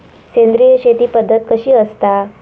सेंद्रिय शेती पद्धत कशी असता?